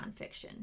nonfiction